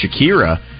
Shakira